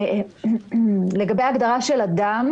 לגבי ההגדרה ""אדם"